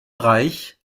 reich